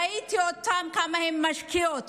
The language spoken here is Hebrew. ראיתי כמה הן משקיעות,